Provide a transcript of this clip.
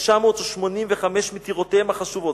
תשע מאות ושמונים וחמש מטירותיהם החשובות,